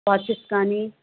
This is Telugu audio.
వాచెస్ కానీ